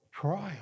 trial